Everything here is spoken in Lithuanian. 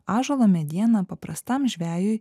ąžuolo mediena paprastam žvejui